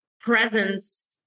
presence